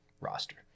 roster